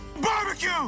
Barbecue